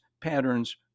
patterns